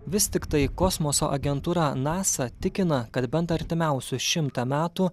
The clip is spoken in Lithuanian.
vis tiktai kosmoso agentūra nasa tikina kad bent artimiausius šimtą metų